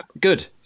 good